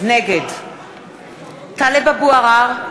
נגד טלב אבו עראר,